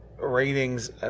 ratings